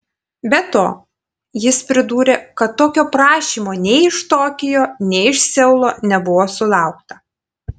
be to jis pridūrė kad tokio prašymo nei iš tokijo nei iš seulo nebuvo sulaukta